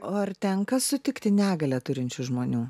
o ar tenka sutikti negalią turinčių žmonių